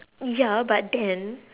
ya but then